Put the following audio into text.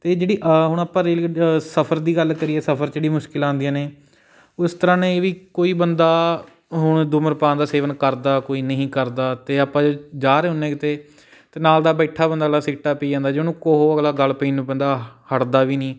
ਅਤੇ ਜਿਹੜੀ ਹੁਣ ਆਪਾਂ ਰੇਲ ਗੱਡੀ ਸਫਰ ਦੀ ਗੱਲ ਕਰੀਏ ਸਫਰ 'ਚ ਜਿਹੜੀ ਮੁਸ਼ਕਲਾਂ ਆੳਂਦੀਆਂ ਨੇ ਉਸ ਤਰ੍ਹਾਂ ਨਹੀਂ ਵੀ ਕੋਈ ਬੰਦਾ ਹੁਣ ਦੁਮਰਪਾਨ ਦਾ ਸੇਵਨ ਕਰਦਾ ਕੋਈ ਨਹੀਂ ਕਰਦਾ ਅਤੇ ਆਪਾਂ ਜਾ ਰਹੇ ਹੁੰਦੇ ਕਿਤੇ ਅਤੇ ਨਾਲ ਦਾ ਬੈਠਾ ਬੰਦਾ ਅਗਲਾ ਸਿਗਰਟਾਂ ਪੀ ਜਾਂਦਾ ਜੇ ਉਹਨੂੰ ਕਹੋ ਤਾਂ ਅਗਲਾ ਗਲ ਪੈਣ ਨੂੰ ਬੰਦਾ ਹਟਦਾ ਵੀ ਨਹੀਂ